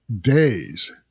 days